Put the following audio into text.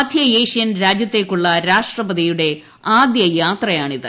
മദ്ധ്യ ഏഷ്യൻ രാജ്യത്തേ ക്കുള്ള രാഷ്ട്രപതിയുടെ ആദൃ യാത്രയാണ് ഇത്